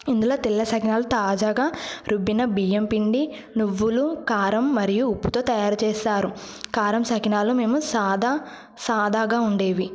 ఇందులో తెల్ల సకినాలు తాజాగా రుబ్బిన బియ్యం పిండి నువ్వులు కారం మరియు ఉప్పుతో తయారు చేస్తారు కారం సకినాలు మేము సాదా సాదాగా ఉండేవి